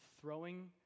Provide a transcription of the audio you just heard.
throwing